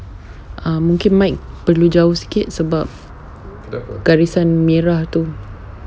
um mungkin mic perlu jauh sikit sebab garisan merah itu